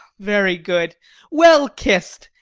very good well kissed!